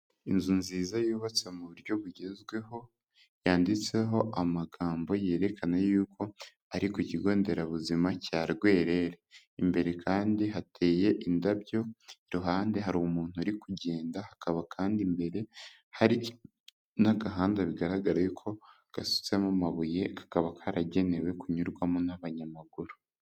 Inzu nziza yubatse mu buryo bugezweho, yanditseho amagambo yerekana yuko ari ku kigo nderabuzima cya Rwerere, imbere kandi hateye indabyo, iruhande hari umuntu uri kugenda, hakaba kandi imbere hari n'agahanda bigaragaye ko gasutsemo amabuye, kakaba karagenewe kunyurwamo n'abanyamaguru.